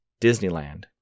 Disneyland